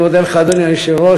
אני מודה לך, אדוני היושב-ראש.